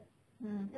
ah